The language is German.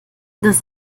das